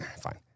Fine